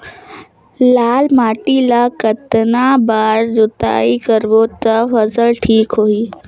लाल माटी ला कतना बार जुताई करबो ता फसल ठीक होती?